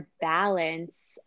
balance